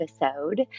episode